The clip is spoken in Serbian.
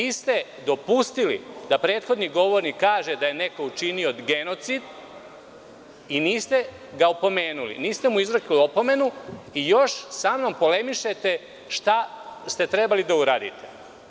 Vi ste dopustili da prethodni govornik kaže da je neko učinio genocid i niste ga opomenuli, niste mu izrekli opomenu i još sa mnom polemišete šta ste trebali da uradite.